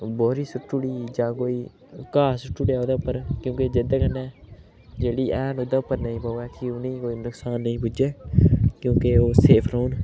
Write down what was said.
बोरी सुट्टी ओड़ी जां कोई घा सुट्टी ओड़ेआ ओह्दे उप्पर क्योंकि जेह्दे कन्नै जेह्ड़ी ऐन उप्पर नी पोऐ कि उनेंगी कोई नुकसान पुज्जै क्योंकि ओह् सेफ रौह्न